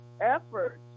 efforts